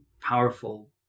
powerful